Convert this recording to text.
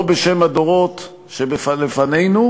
לא בשם הדורות שלפנינו,